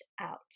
out